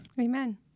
Amen